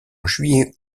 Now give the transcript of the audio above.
juillet